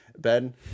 Ben